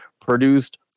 produced